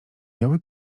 biały